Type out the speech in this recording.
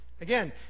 Again